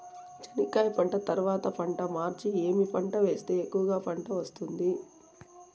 చెనక్కాయ పంట తర్వాత పంట మార్చి ఏమి పంట వేస్తే ఎక్కువగా పంట వస్తుంది?